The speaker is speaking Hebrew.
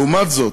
לעומת זאת,